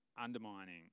undermining